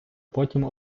потім